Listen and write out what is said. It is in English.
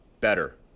better